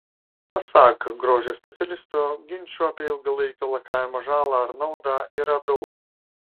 pasak grožio specialistų ginčų apie ilgalaikio lakavimo žalą ar naudą yra daug